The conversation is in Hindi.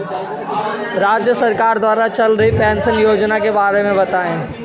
राज्य सरकार द्वारा चल रही पेंशन योजना के बारे में बताएँ?